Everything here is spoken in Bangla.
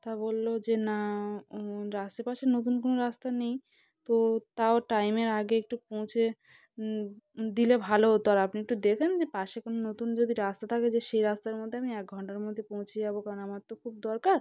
তা বললো যে না আশেপাশে নতুন কোনো রাস্তা নেই তো তাও টাইমের আগে একটু পৌঁছে দিলে ভালো হতো আর আপনি একটু দেখুন যে পাশে কোনো নতুন যদি রাস্তা থাকে যে সেই রাস্তার মধ্যে আমি এক ঘণ্টার মধ্যে পৌঁছে যাব কারণ আমার তো খুব দরকার